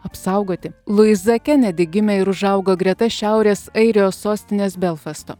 apsaugoti luiza kenedi gimė ir užaugo greta šiaurės airijos sostinės belfasto